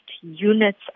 units